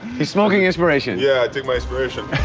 he's smoking inspiration. yeah, inspiration.